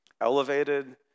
elevated